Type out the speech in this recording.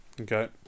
Okay